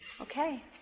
Okay